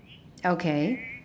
okay